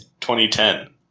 2010